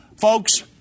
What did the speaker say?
Folks